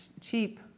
cheap